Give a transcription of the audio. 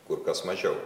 kur kas mažiau